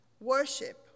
Worship